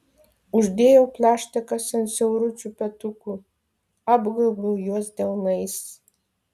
uždėjau plaštakas ant siauručių petukų apgaubiau juos delnais